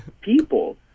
people